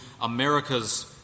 America's